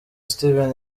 steven